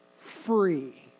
free